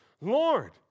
Lord